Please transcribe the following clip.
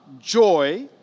joy